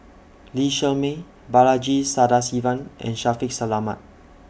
Lee Shermay Balaji Sadasivan and Shaffiq Selamat